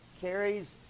Carries